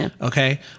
Okay